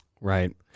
Right